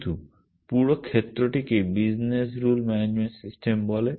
কিন্তু এই পুরো ক্ষেত্রটিকেই বিজনেস রুল ম্যানেজমেন্ট সিস্টেম বলে